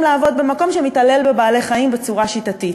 לעבוד במקום שמתעלל בבעלי-חיים בצורה שיטתית.